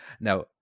Now